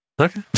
okay